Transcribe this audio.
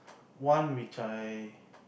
one which I